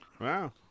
Wow